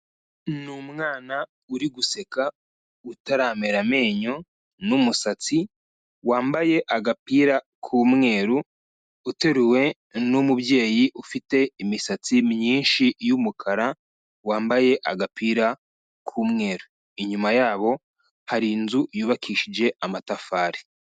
Ni umwana uri guseka, utaramera amenyo n'umusatsi, wambaye agapira k'umweru, uteruwe n'umubyeyi ufite imisatsi myinshi y'umukara, wambaye agapira k'umweru. Inyuma yabo, hari inzu yubakishije amatafari.